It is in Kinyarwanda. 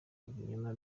ibinyoma